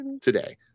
today